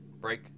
Break